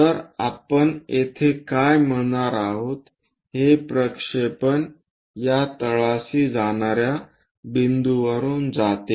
तर आपण येथे काय मिळणार आहोत हे प्रक्षेपण या तळाशी जाणा या बिंदूंवरुन जाते